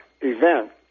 event